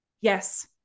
Yes